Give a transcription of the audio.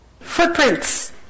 footprints